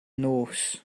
nos